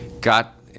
got